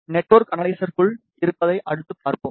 network அனலைசருக்குள் இருப்பதை அடுத்து பார்ப்போம்